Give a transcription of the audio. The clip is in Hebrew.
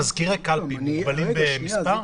מזכירי קלפי מוגבלים במספר?